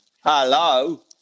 Hello